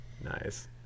nice